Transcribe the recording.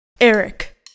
Eric